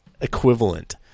equivalent